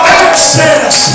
access